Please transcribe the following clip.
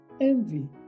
envy